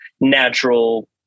natural